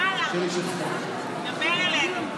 יאללה, דבר אלינו.